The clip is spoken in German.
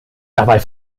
dabei